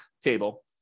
table